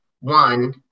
One